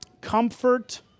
comfort